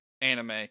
anime